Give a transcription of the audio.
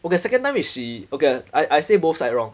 okay second time is she okay I I say both side wrong